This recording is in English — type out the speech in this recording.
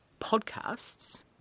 podcasts